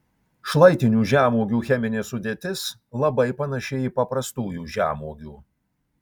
šlaitinių žemuogių cheminė sudėtis labai panaši į paprastųjų žemuogių